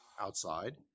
outside